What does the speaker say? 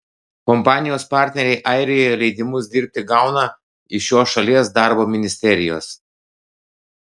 kompanijos partneriai airijoje leidimus dirbti gauna iš šios šalies darbo ministerijos